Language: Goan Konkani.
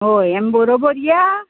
व्होय आमी बरोबर या